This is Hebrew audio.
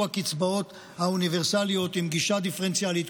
הקצבאות האוניברסליות עם גישה דיפרנציאלית,